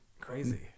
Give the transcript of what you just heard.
Crazy